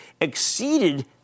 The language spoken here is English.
exceeded